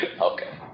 Okay